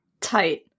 Tight